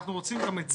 אנחנו רוצים גם את זה.